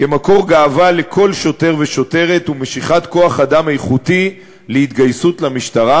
כמקור גאווה לכל שוטר ושוטרת ומשיכת כוח-אדם איכותי להתגייסות למשטרה,